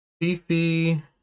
Fifi